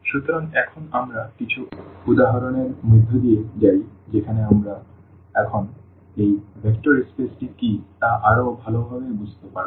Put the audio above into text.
সুতরাং এখন আমরা কিছু উদাহরণের মধ্য দিয়ে যাই যেখানে আমরা এখন এই ভেক্টর স্পেসটি কী তা আরও ভালোভাবে বুঝতে পারব